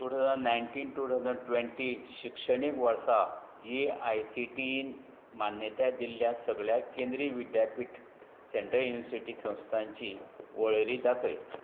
two thousand nineteen two thousand twenty शिक्षणीक वर्सा A I C T ईन मान्यताय दिल्ल्या सगळ्या केंद्रीय विद्यापीठ संस्थांची वळेरी दाखय